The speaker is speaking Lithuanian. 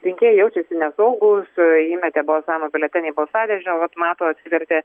rinkėjai jaučiasi nesaugūs įmetė balsavimo biuletenį į balsadėžę o vat mato atsivertė